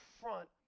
front